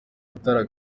mutara